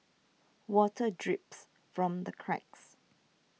water drips from the cracks